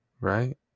Right